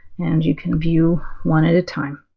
and you can view one at a time.